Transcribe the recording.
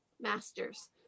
masters